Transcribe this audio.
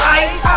ice